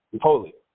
holy